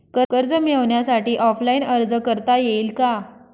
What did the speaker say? कर्ज मिळण्यासाठी ऑफलाईन अर्ज करता येईल का?